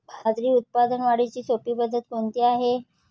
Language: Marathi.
बाजरी उत्पादन वाढीची सोपी पद्धत कोणती आहे?